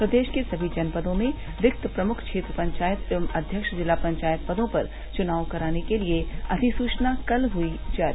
प्रदेश के समी जनपदों में रिक्त प्रमुख क्षेत्र पंचायत एवं अध्यक्ष जिला पंचायत पदों पर चुनाव कराने के लिए अधिसुचना कल हुई जारी